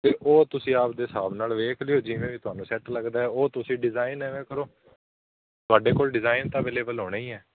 ਅਤੇ ਉਹ ਤੁਸੀਂ ਆਪਣੇ ਹਿਸਾਬ ਨਾਲ ਵੇਖ ਲਿਓ ਜਿਵੇਂ ਵੀ ਤੁਹਾਨੂੰ ਸੈੱਟ ਲੱਗਦਾ ਉਹ ਤੁਸੀਂ ਡਿਜ਼ਾਇਨ ਐਵੇਂ ਕਰੋ ਤੁਹਾਡੇ ਕੋਲ ਡਿਜ਼ਾਇਨ ਤਾਂ ਅਵੇਲੇਬਲ ਹੋਣੇ ਹੀ ਹੈ